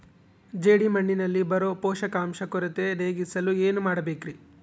ಜೇಡಿಮಣ್ಣಿನಲ್ಲಿ ಬರೋ ಪೋಷಕಾಂಶ ಕೊರತೆ ನೇಗಿಸಲು ಏನು ಮಾಡಬೇಕರಿ?